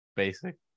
Basic